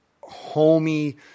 homey